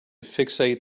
fixate